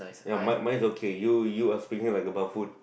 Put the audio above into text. ya mine mine is okay you you are speaking like a barefoot